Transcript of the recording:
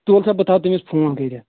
تُل سا بہٕ تھَوٕ تٔمِس فون کٔرِتھ